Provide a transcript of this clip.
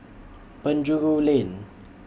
Penjuru Lane